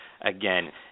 again